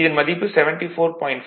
இதன் மதிப்பு 74